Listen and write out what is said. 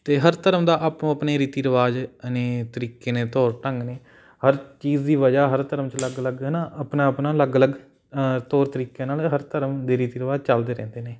ਅਤੇ ਹਰ ਧਰਮ ਦਾ ਆਪੋ ਆਪਣੇ ਰੀਤੀ ਰਿਵਾਜ਼ ਨੇ ਤਰੀਕੇ ਨੇ ਤੌਰ ਢੰਗ ਨੇ ਹਰ ਚੀਜ਼ ਦੀ ਵਜ੍ਹਾ ਹਰ ਧਰਮ 'ਚ ਅਲੱਗ ਅਲੱਗ ਹੈ ਨਾ ਆਪਣਾ ਆਪਣਾ ਅਲੱਗ ਅਲੱਗ ਤੌਰ ਤਰੀਕੇ ਨਾਲ਼ ਹਰ ਧਰਮ ਦੇ ਰੀਤੀ ਰਿਵਾਜ਼ ਚੱਲਦੇ ਰਹਿੰਦੇ ਨੇ